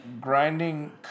Grinding